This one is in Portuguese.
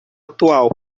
atual